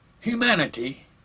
Humanity